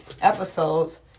episodes